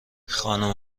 خانم